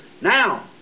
Now